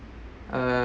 uh